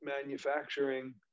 manufacturing